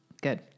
Good